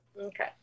Okay